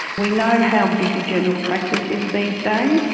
we know how busy general practice is these days,